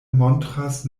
montras